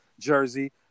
Jersey